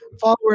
followers